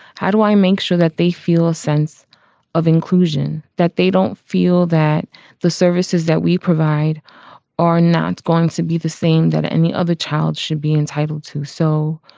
how do i make sure that they they feel a sense of inclusion, that they don't feel that the services that we provide are not going to be the same that any other child should be entitled to, so.